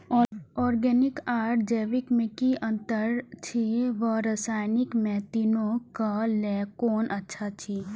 Organic आर जैविक में कि अंतर अछि व रसायनिक में तीनो क लेल कोन अच्छा अछि?